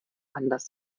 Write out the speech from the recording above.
anders